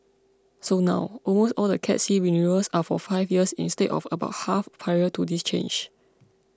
so now almost all the Cat C renewals are for five years instead of about half prior to this change